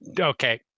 okay